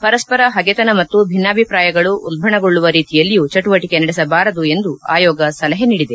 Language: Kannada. ಪರಸ್ವರ ಹಗೆತನ ಮತ್ತು ಭಿನ್ನಾಭಿಪ್ರಾಯಗಳು ಉಲ್ಲಣಗೊಳ್ಳುವ ರೀತಿಯಲ್ಲಿಯೂ ಚಟುವಟಿಕೆ ನಡೆಸಬಾರದು ಎಂದು ಆಯೋಗ ಸಲಹೆ ನೀಡಿದೆ